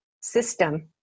system